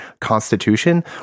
constitution